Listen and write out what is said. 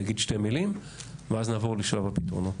יגיד שתי מילים ואז נעבור לשלב הפתרונות.